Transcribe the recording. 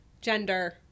gender